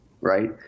right